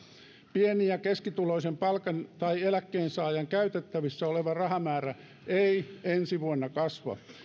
pieni ja keskituloisen palkan tai eläkkeensaajan käytettävissä oleva rahamäärä ei ensi vuonna kasva